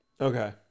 okay